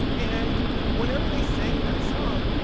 and whenever they sang that song,